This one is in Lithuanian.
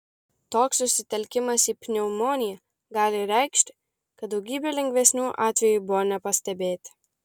toks susitelkimas į pneumoniją gali reikšti kad daugybė lengvesnių atvejų buvo nepastebėti